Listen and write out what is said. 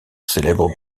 célèbre